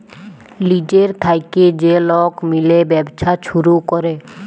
লিজের থ্যাইকে যে লক মিলে ব্যবছা ছুরু ক্যরে